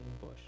bush